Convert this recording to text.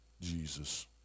Jesus